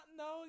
no